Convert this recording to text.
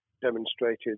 demonstrated